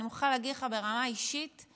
אני מוכרחה להגיד לך ברמה האישית,